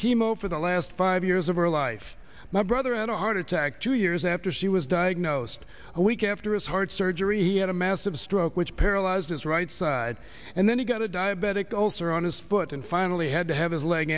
chemo for the last five years of her life my brother and a heart attack two years after she was diagnosed a week after his heart surgery he had a massive stroke which paralyzed his right side and then he got a diabetic also on his foot and finally had to have his leg